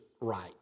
right